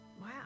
wow